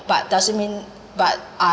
but doesn't mean but